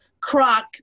croc